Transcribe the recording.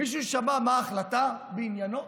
מישהו שמע מה ההחלטה בעניינו?